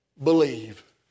Believe